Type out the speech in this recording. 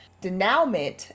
Denouement